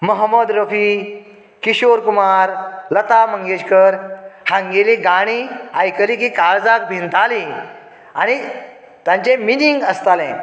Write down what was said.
महोमद रफी किशोर कुमार लता मंगेशकर हांगेलीं गाणीं आयकली की काळजाक भिनतालीं आनी तांचे मिनींग आसतालें